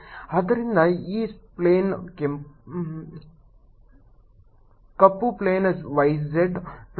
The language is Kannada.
ಆದ್ದರಿಂದ ಈ ಪ್ಲೇನ್ ಕಪ್ಪು ಪ್ಲೇನ್ y z ಪ್ಲೇನ್ಗಳಾಗಿ ತೆಗೆದುಕೊಳ್ಳಲಾಗುವುದು